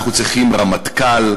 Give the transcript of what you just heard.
אנחנו צריכים רמטכ"ל,